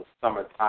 summertime